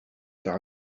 par